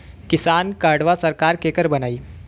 किसान कार्डवा सरकार केकर बनाई?